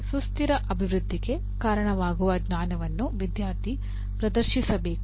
ಸುಸ್ಥಿರ ಅಭಿವೃದ್ಧಿಗೆ ಕಾರಣವಾಗುವ ಜ್ಞಾನವನ್ನು ವಿದ್ಯಾರ್ಥಿ ಪ್ರದರ್ಶಿಸಬೇಕು